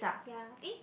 ya eh